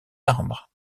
arbres